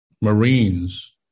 Marines